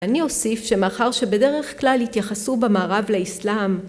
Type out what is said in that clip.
אני אוסיף שמאחר שבדרך כלל התייחסו במערב לאסלאם,